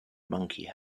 monkey